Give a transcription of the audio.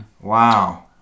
Wow